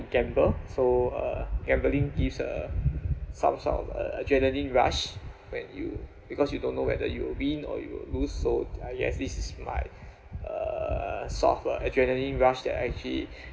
gamble so uh gambling is uh some sort of a adrenalin rush when you because you don't know whether you will win or you will lose so I guess this is my uh sort of a adrenalin rush that I actually